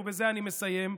ובזה אני מסיים,